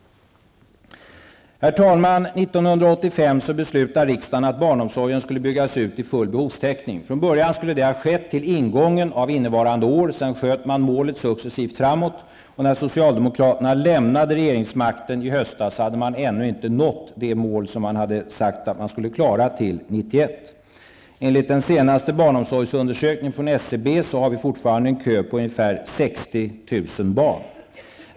Herr talman! 1985 beslutade riksdagen att barnomsorgen skulle byggas ut till fullbehovstäckning. Från början skulle det ha skett till ingången av innevarande år. Sedan sköt man målet successivt framåt. När socialdemokraterna lämnade regeringsmakten i höst hade man ännu inte nått det mål som man hade sagt att man skulle klara till 1991. Enligt den senaste barnomsorgsundersökningen från SCB har vi fortfarande köer på ungefär 60 000 barn.